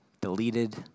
deleted